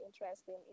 interesting